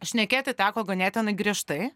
šnekėti teko ganėtinai griežtai